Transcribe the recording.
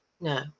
no